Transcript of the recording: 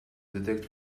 detect